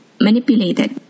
manipulated